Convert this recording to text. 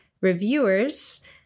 reviewers